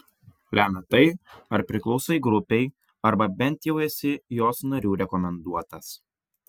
lemia tai ar priklausai grupei arba bent jau esi jos narių rekomenduotas